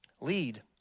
lead